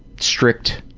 strict